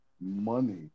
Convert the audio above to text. money